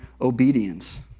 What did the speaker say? obedience